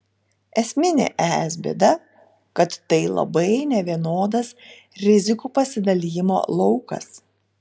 esminė es bėda kad tai labai nevienodas rizikų pasidalijimo laukas